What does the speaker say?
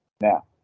Now